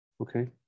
okay